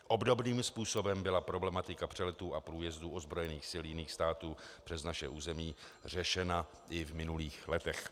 Obdobným způsobem byla problematika přeletů a průjezdů ozbrojených sil jiných států přes naše území řešena i v minulých letech.